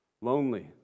lonely